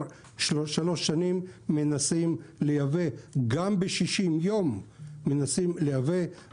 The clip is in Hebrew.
מנסה כבר שלוש שנים לייבא גם ב-60 יום